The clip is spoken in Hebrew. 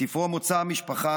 בספרו "מוצא המשפחה,